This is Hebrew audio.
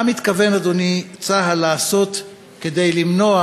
מה מתכוון, אדוני, צה"ל לעשות כדי למנוע